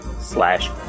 slash